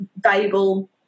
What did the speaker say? valuable